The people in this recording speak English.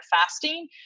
fasting